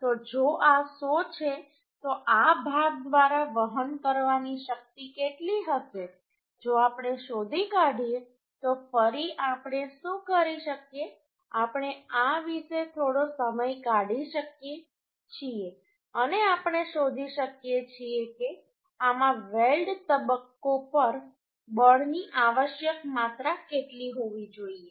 તો જો આ 100 છે તો આ ભાગ દ્વારા વહન કરવાની શક્તિ કેટલી હશે જો આપણે શોધી કાઢીએ તો ફરી આપણે શું કરી શકીએ આપણે આ વિશે થોડો સમય કાઢી શકીએ છીએ અને આપણે શોધી શકીએ છીએ કે આમાં વેલ્ડ તબક્કો પર બળની આવશ્યક માત્રા કેટલી હોવી જોઈએ